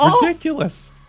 Ridiculous